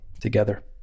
together